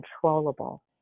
controllable